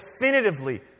definitively